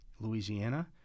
Louisiana